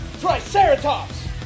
Triceratops